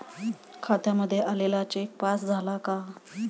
खात्यामध्ये आलेला cheque pass झाला का?